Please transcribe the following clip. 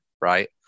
Right